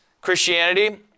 Christianity